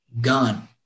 gone